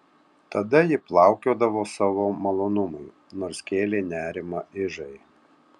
tada ji plaukiodavo savo malonumui nors kėlė nerimą ižai